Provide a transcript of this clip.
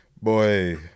Boy